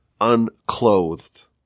unclothed